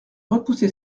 repoussé